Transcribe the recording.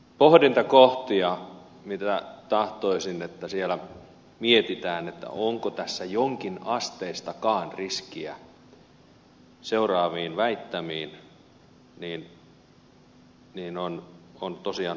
pohdintakohtia mitä tahtoisin että siellä mietitään onko tässä jonkinasteistakaan riskiä seuraaviin väittämiin on tosiaan pohdittava